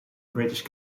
british